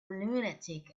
lunatic